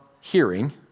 hearing